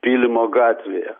pylimo gatvėje